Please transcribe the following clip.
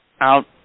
out